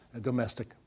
domestic